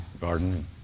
garden